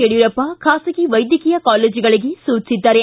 ಯಡಿಯೂರಪ್ಪ ಬಾಸಗಿ ವೈದ್ಯಕೀಯ ಕಾಲೇಜುಗಳಿಗೆ ಸೂಚಿಸಿದ್ದಾರೆ